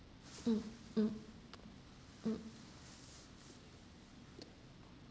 mm mm mm